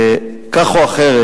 כך או אחרת,